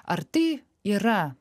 ar tai yra